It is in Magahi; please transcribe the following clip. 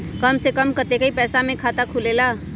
कम से कम कतेइक पैसा में खाता खुलेला?